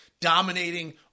dominating